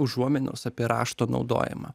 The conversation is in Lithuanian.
užuominos apie rašto naudojimą